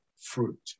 fruit